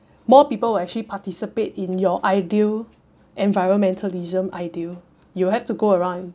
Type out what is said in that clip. more people will actually participate in your ideal environmentalism ideal you'll have to go around